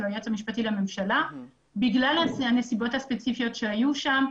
היועץ המשפטי לממשלה בגלל הנסיבות הספציפיות שהיו שם,